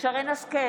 שרן מרים השכל,